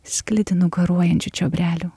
sklidinu garuojančių čiobrelių